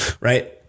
right